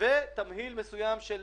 ותמהיל מסוים של